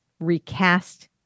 recast